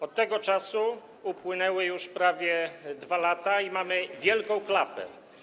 Od tego czasu upłynęły już prawie 2 lata i mamy wielką klapę.